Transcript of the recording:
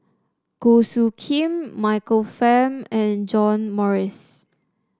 Goh Soo Khim Michael Fam and John Morrice